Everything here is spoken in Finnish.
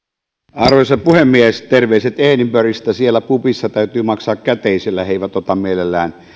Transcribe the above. arvoisa puhemies terveiset edinburghista siellä pubissa täytyy maksaa käteisellä he eivät ota mielellään